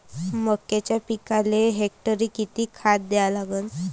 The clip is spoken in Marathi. मक्याच्या पिकाले हेक्टरी किती खात द्या लागन?